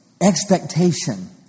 expectation